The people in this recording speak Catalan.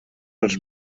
els